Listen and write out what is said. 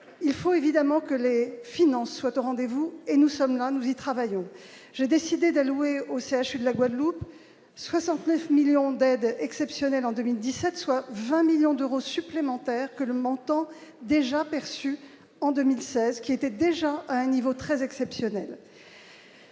il faut évidemment que les finances soient au rendez-vous et nous sommes là, nous y travaillons, j'ai décidé d'allouer au CHU de la Guadeloupe 69 millions d'aides exceptionnelles en 2017 soit 20 millions d'euros supplémentaires que le montant déjà perçu en 2016, qui était déjà à un niveau très exceptionnel.